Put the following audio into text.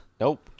Nope